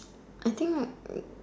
I think